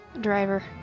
driver